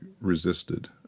resisted